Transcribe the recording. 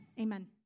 Amen